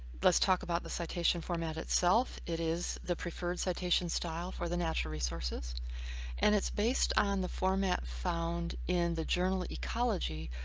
let's talk about the citation format itself. it is the preferred citation style for the natural resources and it's based on the format found in the journal ecology,